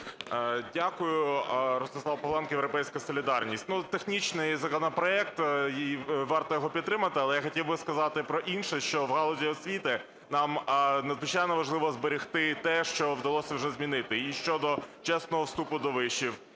Дякую. Ростислав Павленко, "Європейська солідарність". Технічний законопроект і варто його підтримати. Але я хотів би сказати про інше, що в галузі освіти нам надзвичайно важливо зберегти те, що вдалося вже змінити: і щодо чесного вступу до вишів,